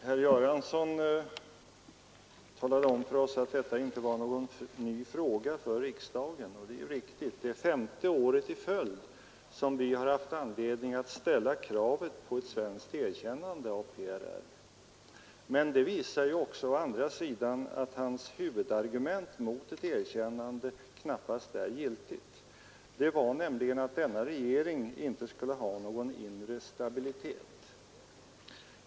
Herr talman! Herr Göransson talade om för oss att detta inte var någon ny fråga för riksdagen, vilket är riktigt. Det är femte året i följd vi har haft anledning att ställa kravet på ett svenskt erkännande av PRR. Det visar också att hans huvudargument mot ett erkännande knappast är giltigt. Det var nämligen att denna regering inte skulle ha någon inre stabilitet.